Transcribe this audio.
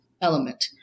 element